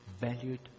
valued